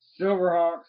Silverhawks